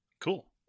Cool